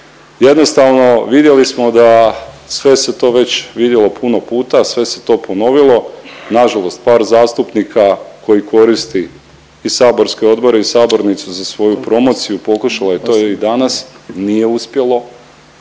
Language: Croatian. Jednostavno vidjeli smo da, sve se to već vidjelo puno puta, sve se to ponovilo. Nažalost par zastupnika koji koristi i saborske odbore i sabornice za svoju promociju, pokušala je to i danas, nije uspjelo.